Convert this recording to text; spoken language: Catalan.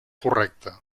correcte